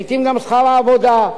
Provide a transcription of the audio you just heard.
לעתים גם שכר העבודה,